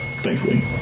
thankfully